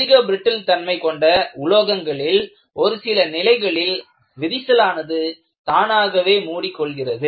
அதிக பிரிட்டில் தன்மை கொண்ட உலோகங்களில் ஒரு சில நிலைகளில் விரிசலானது தானாகவே மூடிக் கொள்கிறது